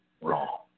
wrong